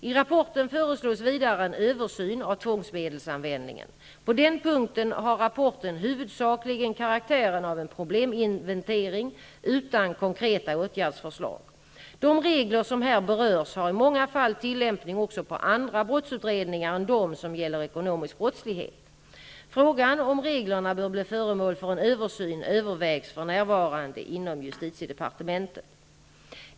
I rapporten föreslås vidare en översyn av tvångsmedelsanvändningen. På den punkten har rapporten huvudsakligen karaktären av en probleminventering utan konkreta åtgärdsförslag. De regler som här berörs har i många fall tillämpning också på andra brottsutredningar än dem som gäller ekonomisk brottslighet. Frågan om reglerna bör bli föremål för en översyn övervägs för närvarande inom justitiedepartementet.